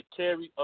carry